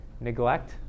neglect